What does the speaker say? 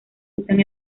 usan